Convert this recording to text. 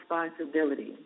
responsibility